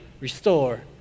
restore